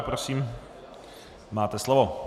Prosím, máte slovo.